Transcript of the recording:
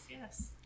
yes